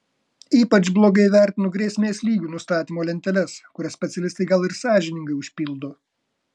ypač blogai vertinu grėsmės lygių nustatymo lenteles kurias specialistai gal ir sąžiningai užpildo